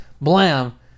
blam